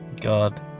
God